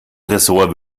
ressort